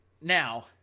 Now